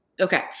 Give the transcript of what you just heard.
Okay